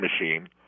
machine